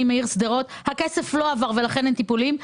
בעיר שדרות שעדיין לא הועבר ולכן אין טיפולים.